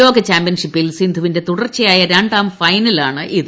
ലോക ചാമ്പ്യൻഷിപ്പിൽ സിന്ധുവിന്റെ തുടർച്ചയായ രണ്ടാം ഫൈനലാണ് ഇത്